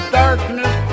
darkness